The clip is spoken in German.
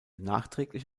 nachträglich